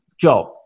job